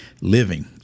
living